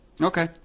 Okay